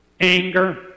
anger